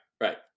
right